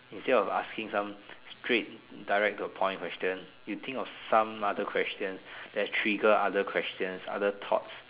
instead of asking some straight direct to the point question you think of some other question that trigger other questions other thoughts